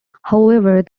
however